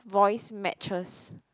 voice matches